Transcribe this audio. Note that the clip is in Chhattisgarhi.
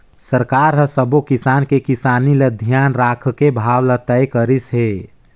सरकार हर सबो किसान के किसानी ल धियान राखके भाव ल तय करिस हे